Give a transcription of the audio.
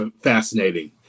fascinating